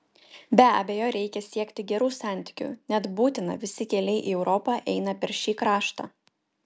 be abejo reikia siekti gerų santykių net būtina visi keliai į europą eina per šį kraštą